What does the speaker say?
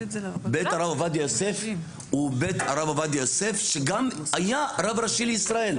בית הרב עובדיה יוסף הוא בית הרב עובדיה יוסף שגם היה רב ראשי לישראל.